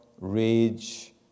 rage